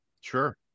Sure